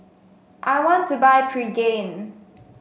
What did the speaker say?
I want to buy Pregain